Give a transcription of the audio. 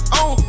on